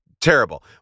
terrible